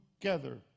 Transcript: Together